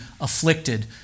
afflicted